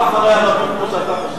לא אחרי הרבים כמו שאתה חושב.